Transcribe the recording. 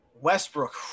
Westbrook